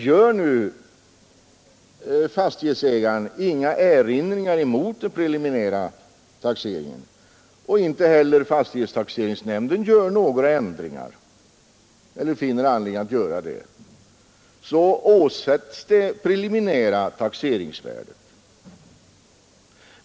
Gör han inte det och inte heller fastighetstaxeringsnämnden finner anledning till några ändringar åsättes det preliminära taxeringsvärdet.